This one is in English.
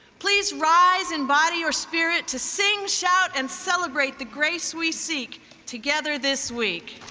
please rise in body or spirit to sing, shout, and celebrate the grace we seek together this week